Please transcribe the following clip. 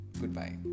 Goodbye